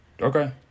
okay